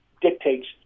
dictates